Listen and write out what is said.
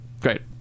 Great